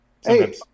Hey